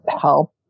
help